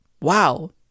Wow